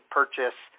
purchase